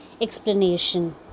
explanation